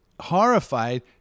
horrified